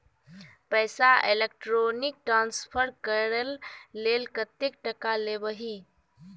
पैसा electronic transfer करय लेल कतेक टका लेबही